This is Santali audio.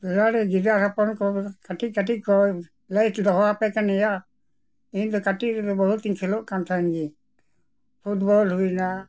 ᱨᱮ ᱜᱤᱫᱟᱹᱨ ᱦᱚᱯᱚᱱ ᱠᱚ ᱠᱟᱹᱴᱤᱡ ᱠᱟᱹᱴᱤᱡ ᱠᱚ ᱞᱟᱹᱭ ᱫᱚᱦᱚ ᱟᱯᱮ ᱠᱟᱹᱱᱟᱹᱧᱭᱟ ᱤᱧ ᱫᱚ ᱠᱟᱹᱴᱤᱡ ᱨᱮᱫᱚ ᱵᱚᱦᱩᱛ ᱤᱧ ᱠᱷᱮᱞᱳᱜ ᱠᱟᱱ ᱛᱟᱦᱮᱫ ᱜᱮ ᱯᱷᱩᱴᱵᱚᱞ ᱦᱩᱭᱮᱱᱟ